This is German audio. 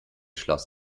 schloss